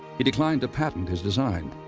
he declined to patent his design.